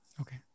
okay